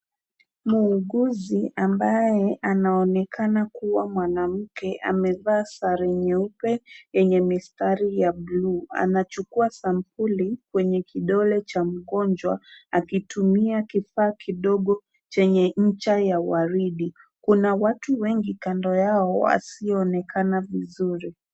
Muuguzi ambaye anaonekana kuwa mwanamke, amevaa sare nyeupe yenye mistari ya blue . Anachukua sampuli kwenye kidole cha mgonjwa, akitumia kifaa kidogo chenye ncha ya waridi. Kuna watu wengi kando yao, wasio onekana vizuri.